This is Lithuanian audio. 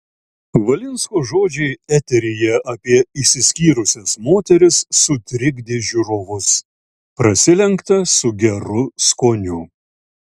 valinsko žodžiai eteryje apie išsiskyrusias moteris sutrikdė žiūrovus prasilenkta su geru skoniu